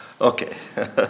Okay